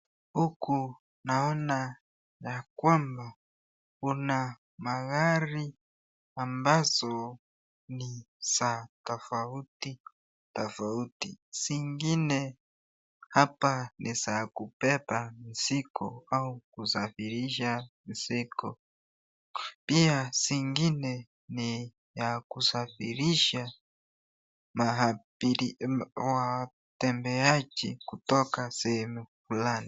Huku naona ya kwamba kuna magari ambazo ni za tofauti tofauti. Zingine hapa ni za kubeba mzigo au kusafirisha mzigo. Pia zingine ni ya kusafirisha watembeaji kutoka sehemu fulani.